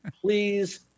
please